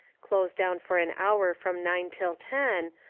close down for an hour from nine till ten,